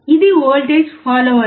ఇది voltage follower